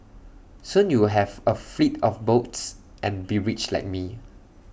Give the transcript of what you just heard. soon you'd have A fleet of boats and be rich like me